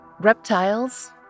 reptiles